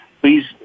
please